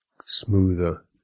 smoother